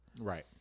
right